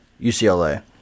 UCLA